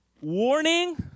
warning